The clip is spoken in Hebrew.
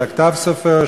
של ה"כתב סופר",